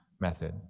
method